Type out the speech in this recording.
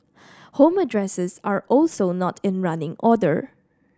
home addresses are also not in running order